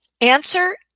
Answer